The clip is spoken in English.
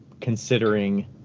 considering